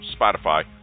Spotify